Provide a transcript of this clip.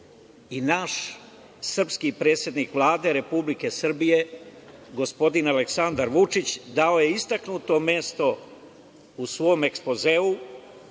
i naš srpski predsednik Vlade Republike Srbije, gospodin Aleksandar Vučić, dao je istaknuto mesto u svom ekspozeu